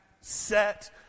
set